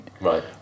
Right